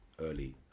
early